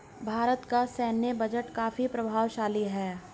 भारत का सैन्य बजट काफी प्रभावशाली है